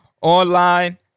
online